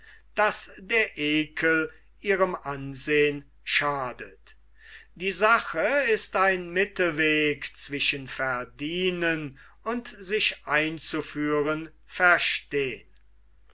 daß der ekel ihrem ansehn schadet die sache ist ein mittelweg zwischen verdienen und sich einzuführen verstehn